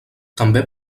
també